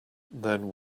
then